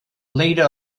leader